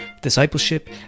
discipleship